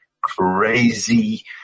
crazy